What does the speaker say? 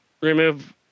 remove